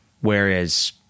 whereas